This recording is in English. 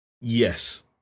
Yes